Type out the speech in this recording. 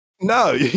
No